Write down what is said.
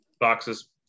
boxes